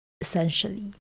essentially